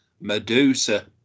Medusa